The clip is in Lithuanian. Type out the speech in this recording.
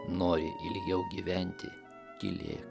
nori ilgiau gyventi tylėk